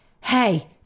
Hey